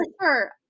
sure